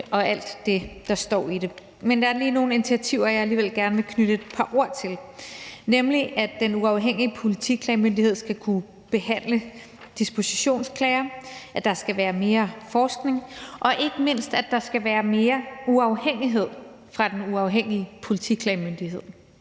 og alt det, der står i det. Men der er lige nogle initiativer, jeg alligevel gerne vil knytte et par ord til, nemlig at Den Uafhængige Politiklagemyndighed skal kunne behandle dispositionsklager, at der skal være mere forskning, og ikke mindst at der skal være mere uafhængighed for Den Uafhængige Politiklagemyndighed.